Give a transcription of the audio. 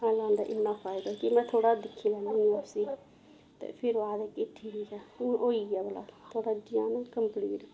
online दा इन्ना फायदा कि में थोह्ड़ा दिक्खी लैन्नी आं उसी ते फिर ओह् आखदे कि ठीक ऐ हून होई गेआ भला थोह्ड़ा डजैन कम्पलीट